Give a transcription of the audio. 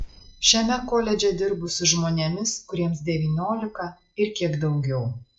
šiame koledže dirbu su žmonėmis kuriems devyniolika ir kiek daugiau